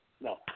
no